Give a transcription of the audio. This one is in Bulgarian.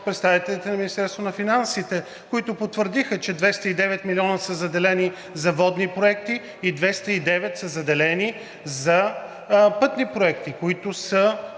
представителите на Министерството на финансите, които потвърдиха, че 209 милиона са заделени за водни проекти и 209 са заделени за пътни проекти, които са